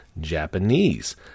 japanese